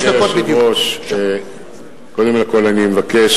אדוני היושב-ראש, אבל קראת